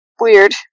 weird